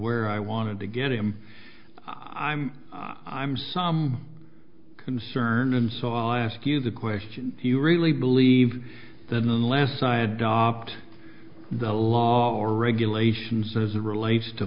where i wanted to get him i'm i'm some concern and so i ask you the question do you really believe that unless i adopt the law or regulations as it relates to